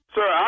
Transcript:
Sir